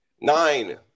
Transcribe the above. Nine